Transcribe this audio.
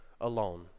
alone